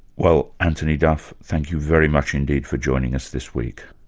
well, antony duff, thank you very much indeed for joining us this week.